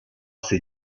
ses